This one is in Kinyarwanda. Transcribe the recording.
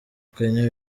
kanye